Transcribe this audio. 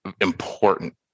important